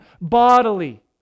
bodily